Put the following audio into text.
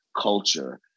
culture